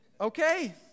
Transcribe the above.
Okay